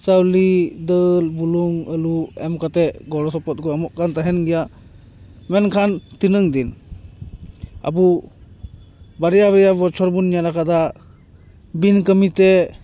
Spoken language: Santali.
ᱪᱟᱣᱞᱮ ᱫᱟᱹᱞ ᱵᱩᱞᱩᱝ ᱟᱹᱞᱩ ᱮᱢ ᱠᱟᱛᱮᱫ ᱜᱚᱲᱚ ᱥᱚᱯᱚᱦᱚᱫ ᱠᱚ ᱮᱢᱚᱜ ᱠᱟᱱ ᱛᱟᱦᱮᱱ ᱜᱮᱭᱟ ᱢᱮᱱᱠᱷᱟᱱ ᱛᱤᱱᱟᱹᱜ ᱫᱤᱱ ᱟᱵᱚ ᱵᱟᱨᱭᱟᱼᱵᱟᱨᱭᱟ ᱵᱚᱪᱷᱚᱨ ᱵᱚᱱ ᱧᱮᱞ ᱠᱟᱫᱟ ᱵᱤᱱ ᱠᱟᱹᱢᱤᱛᱮ